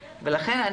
לכן,